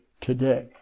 today